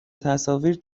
تصاویر